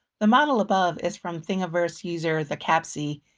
the model above is from thingiverse user thecapsi,